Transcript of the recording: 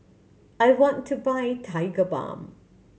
I want to buy Tigerbalm